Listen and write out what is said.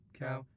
cow